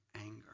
anger